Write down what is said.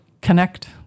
connect